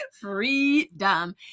Freedom